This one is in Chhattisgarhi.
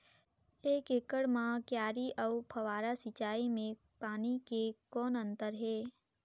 एक एकड़ म क्यारी अउ फव्वारा सिंचाई मे पानी के कौन अंतर हे?